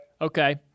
Okay